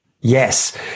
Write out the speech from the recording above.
Yes